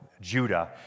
Judah